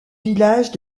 village